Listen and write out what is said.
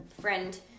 friend